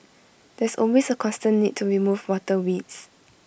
there's always A constant need to remove water weeds